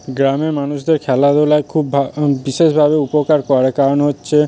গ্রামের মানুষদের খেলাধূলায় খুব বিশেষভাবে উপকার করে কারণ হচ্ছে